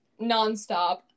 nonstop